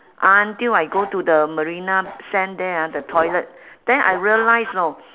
until I go to the marina sand there ah the toilet then I realised you know